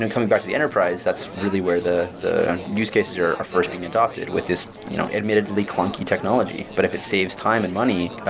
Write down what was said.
and coming back to the enterprise, that's really where the the use cases are are first being adopted with this you know admittedly clunky technology. but if it saves time and money,